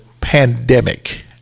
pandemic